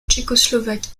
tchécoslovaque